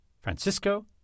Francisco